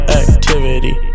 activity